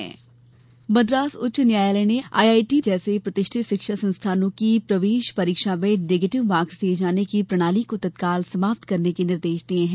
परीक्षा अंक मद्रास उच्च न्यायालय ने आईआईटी जैसे प्रतिष्ठित शिक्षा संस्थानों की प्रवेश परीक्षा में नेगेटिव मार्क्स दिये जाने की प्रणाली को तत्काल समाप्त करने के निर्देश दिये हैं